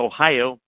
Ohio